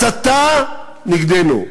הסתה נגדנו.